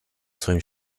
своим